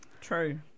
True